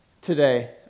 today